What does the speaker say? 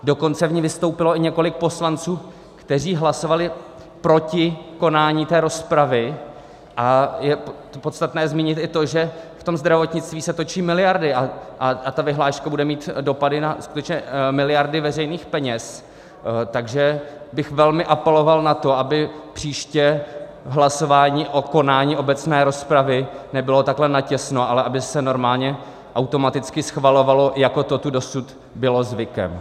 Dokonce v ní vystoupilo i několik poslanců, kteří hlasovali proti konání té rozpravy, a je podstatné zmínit i to, že v tom zdravotnictví se točí miliardy a ta vyhláška bude mít dopady na skutečně miliardy veřejných peněz, takže bych velmi apeloval na to, aby příště v hlasování o konání obecné rozpravy nebylo takhle natěsno, ale aby se normálně automaticky schvalovalo, jako to tu dosud bylo zvykem.